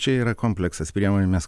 čia yra kompleksas priemonių mes